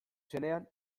zenean